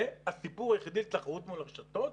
והסיפור היחידי הוא תחרות מול הרשתות,